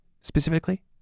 specifically